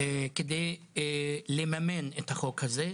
כדי לממן את החוק הזה.